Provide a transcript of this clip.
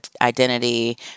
identity